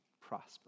prosper